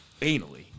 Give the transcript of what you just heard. Anally